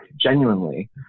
genuinely